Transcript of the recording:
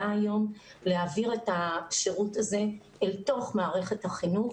היום להעביר את השירות הזה אל תוך מערכת החינוך